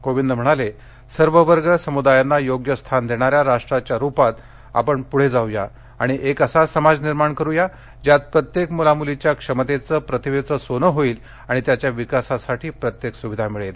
कोविंद म्हणाले सर्व वर्ग समुदायांना योग्य स्थान देणाऱ्या राष्ट्राच्या रुपात आपण पुढे जाऊया आणि एक असा समाज निर्माण करूया ज्यात प्रत्येक मुला मुलीच्या क्षमतेचं प्रतिभेचं सोनं होईल आणि त्याच्या विकासासाठी प्रत्येक सुविधा मिळेल